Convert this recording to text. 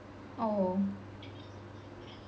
oh